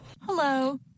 Hello